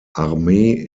armee